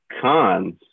Cons